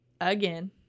again